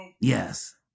Yes